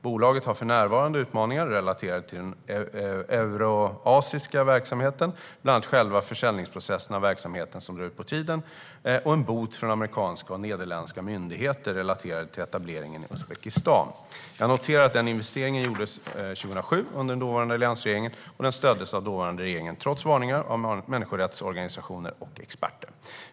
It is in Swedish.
Bolaget har för närvarande utmaningar relaterade till den eurasiska verksamheten, bland annat själva försäljningsprocessen av verksamheten som drar ut på tiden och en bot från amerikanska och nederländska myndigheter relaterade till etableringen i Uzbekistan. Jag noterar att den investeringen gjordes 2007 under den dåvarande alliansregeringen och att den stöddes av dåvarande regering, trots varningar från människorättsorganisationer och experter.